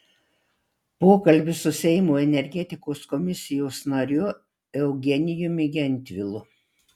pokalbis su seimo energetikos komisijos nariu eugenijumi gentvilu